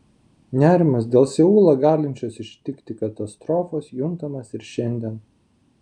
nerimas dėl seulą galinčios ištikti katastrofos juntamas ir šiandien